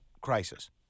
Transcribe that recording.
crisis